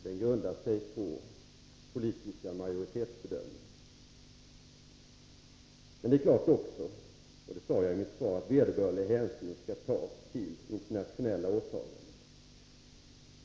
Den grundar sig på politiska majoritetsbedömningar. Det är också klart — det sade jag i mitt svar — att vederbörlig hänsyn skall tas till internationella åtaganden.